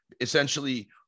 essentially